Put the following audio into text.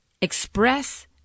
Express